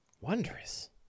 Wondrous